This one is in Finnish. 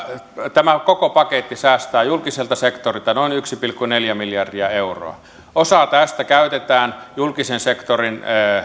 tämä koko paketti säästää julkiselta sektorilta noin yksi pilkku neljä miljardia euroa osa tästä käytetään julkisen sektorin